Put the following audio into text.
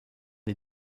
est